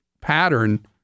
pattern